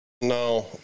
no